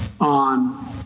on